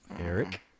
Eric